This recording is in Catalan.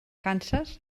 kansas